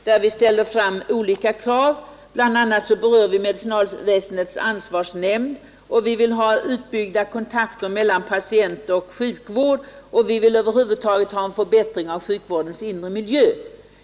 Herr talman! Jag står bakom en motion i detta ärende, där vi motionärer framför olika krav. Bla. berör vi medicinalväsendets ansvarsnämnd och vill få till stånd en utbyggnad av kontakterna mellan patient och sjukvård och över huvud en förbättring av sjukvårdens inre miljö.